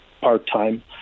part-time